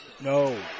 No